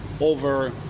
over